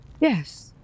Yes